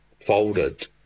folded